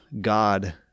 God